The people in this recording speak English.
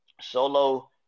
Solo